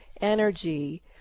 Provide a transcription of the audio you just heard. energy